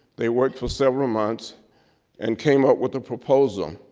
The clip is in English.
they worked for several months and came up with a proposal.